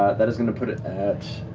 that is going to put it at